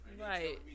Right